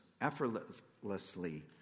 effortlessly